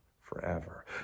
forever